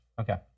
Okay